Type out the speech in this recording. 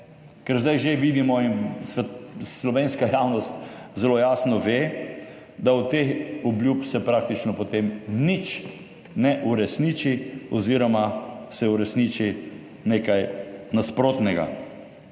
ker zdaj že vidimo in slovenska javnost zelo jasno ve, da od teh obljub se praktično, potem nič ne uresniči, oz. se uresniči nekaj nasprotnega.